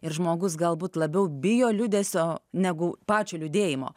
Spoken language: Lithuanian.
ir žmogus galbūt labiau bijo liūdesio negu pačio liūdėjimo